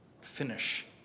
finish